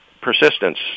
Persistence